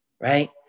right